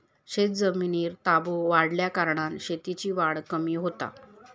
शेतजमिनीर ताबो वाढल्याकारणान शेतीची वाढ कमी होता